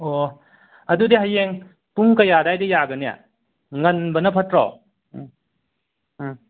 ꯑꯗꯨꯗꯤ ꯍꯌꯦꯡ ꯄꯨꯡ ꯀꯌꯥ ꯑꯗ꯭ꯋꯥꯏꯗ ꯌꯥꯒꯅꯤ ꯉꯟꯕꯅ ꯐꯠꯇ꯭ꯔꯦ ꯑꯥ